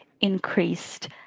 increased